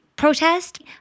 protest